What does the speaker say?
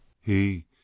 He